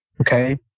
Okay